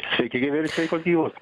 sveiki gyvi ir sveikos gyvos